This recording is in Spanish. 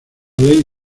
ley